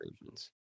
versions